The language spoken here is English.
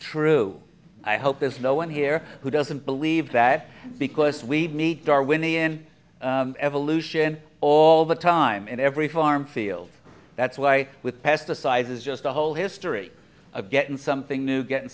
true i hope there's no one here who doesn't believe that because we need darwinian evolution all the time in every farm field that's why with pesticides it's just a whole history of getting something new getting